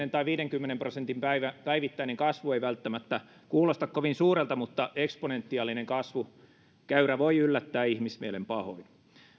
neljäkymmentä tai viidenkymmenen prosentin päivittäinen kasvu ei välttämättä kuulosta kovin suurelta mutta eksponentiaalinen kasvukäyrä voi yllättää ihmismielen pahoin